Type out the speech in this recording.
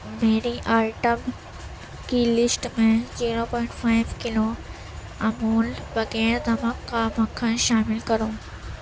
میری آئٹم کی لسٹ میں zero point five kilo Amul بغیر نمک کا مکھن شامل کرو